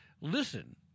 listen